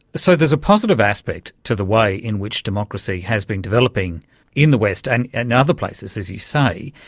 so there's a positive aspect to the way in which democracy has been developing in the west and and other places, as you say.